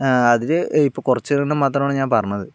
അതില് ഇപ്പൊൾ കുറച്ചോരണ്ണം മാത്രമാണ് ഞാൻ പറഞ്ഞത്